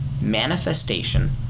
manifestation